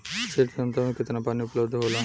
क्षेत्र क्षमता में केतना पानी उपलब्ध होला?